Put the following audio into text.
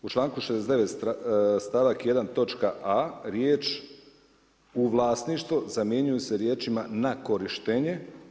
U članku 69. stavak 1. točka a) riječ „u vlasništvu“ zamjenjuju se riječima „na korištenje“